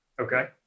Okay